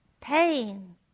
Pain